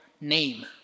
name